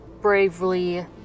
bravely